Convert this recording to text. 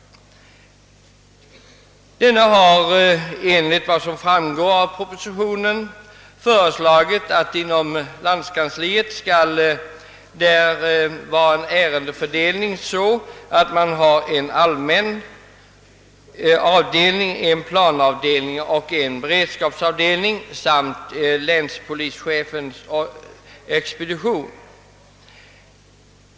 Denne har enligt vad som framgår av propositionen föreslagit att ärendefördelningen inom landskansliet skall ske på sådant sätt att man har en allmän avdelning, en planavdelning och en beredskapsavdelning samt länspolischefens expedition.